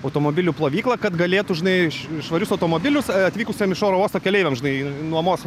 automobilių plovyklą kad galėtų žinai švarius automobilius atvykusiem iš oro uosto keleiviam žinai nuomos